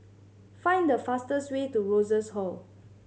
find the fastest way to Rosas Hall